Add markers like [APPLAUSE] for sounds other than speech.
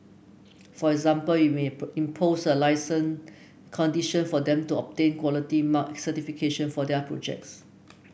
for example you may [UNINTELLIGIBLE] impose a licence condition for them to obtain Quality Mark certification for their projects